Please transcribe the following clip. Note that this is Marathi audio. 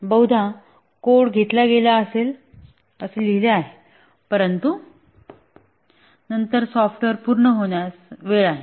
बहुधा कोड घेतला गेला असेल असे लिहिले गेले आहे परंतु नंतर सॉफ्टवेअर पूर्ण होण्यास वेळ आहे